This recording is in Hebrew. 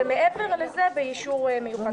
ומעבר לזה באישור מיוחד של היושב-ראש.